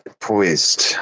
poised